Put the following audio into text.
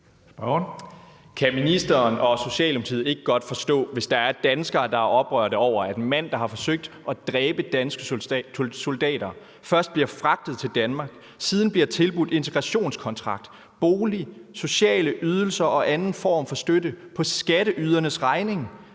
Kan ministeren og Socialdemokratiet ikke godt forstå, hvis der er danskere, der er oprørte over, at en mand, der har forsøgt at dræbe danske soldater, først bliver fragtet til Danmark og siden bliver tilbudt integrationskontrakt, bolig, sociale ydelser og anden form for støtte på skatteydernes regning?